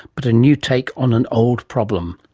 but a new take on an old problem.